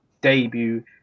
debut